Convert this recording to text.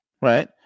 right